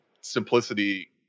simplicity